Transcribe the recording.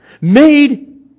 made